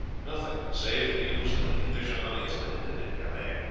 nothing, save the news that an english army has landed at calais,